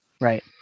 right